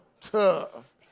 tough